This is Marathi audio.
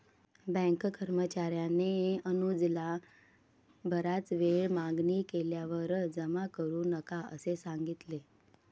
बँक कर्मचार्याने अनुजला बराच वेळ मागणी केल्यावर जमा करू नका असे सांगितले